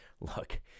look